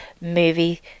movie